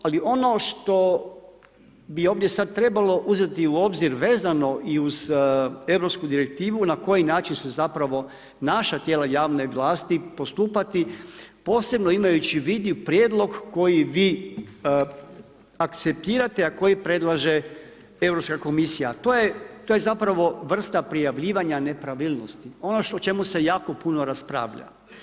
Ali ono što bi ovdje sad trebalo uzeti u obzir vezano i uz europsku direktivu na koji način se zapravo naša tijela javne vlasti postupati posebno imajući u vidu prijedlog koji vi akceptirate a koji predlaže Europska komisija a to je zapravo vrsta prijavljivanja nepravilnosti, ono o čemu se jako puno raspravlja.